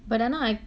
but ah now I